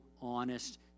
honest